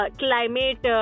climate